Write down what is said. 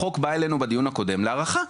החוק בא אלינו בדיון הקודם להארכה.